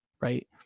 right